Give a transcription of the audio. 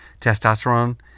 Testosterone